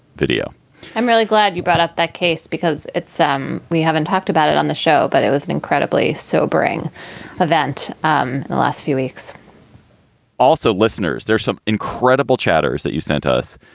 video i'm really glad you brought up that case, because at some we haven't talked about it on the show. but it was an incredibly sobering event um the last few weeks also, listeners, there's some incredible chatter's that you sent us.